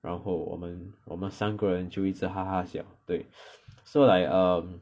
然后我们我们三个人就一直哈哈笑对 so like um